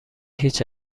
هیچ